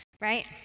right